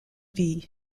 ville